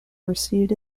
received